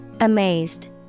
Amazed